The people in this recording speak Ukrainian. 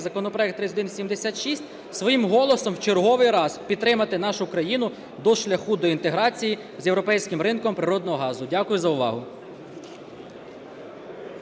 законопроект 3176, своїм голосом в черговий раз підтримати нашу країну до шляху до інтеграції з європейським ринком природного газу. Дякую за увагу.